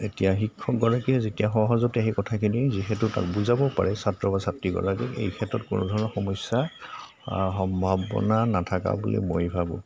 এতিয়া শিক্ষকগৰাকীয়ে যেতিয়া সহজতে সেই কথাখিনি যিহেতু তাত বুজাব পাৰে ছাত্ৰ বা ছাত্ৰীগৰাকীয়ে এই ক্ষেত্ৰত কোনো ধৰণৰ সমস্যা আ সম্ভাৱনা নথকা বুলি মই ভাবোঁ